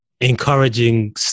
encouraging